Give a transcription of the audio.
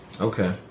Okay